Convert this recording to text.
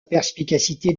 perspicacité